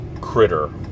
critter